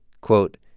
quote,